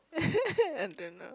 I don't know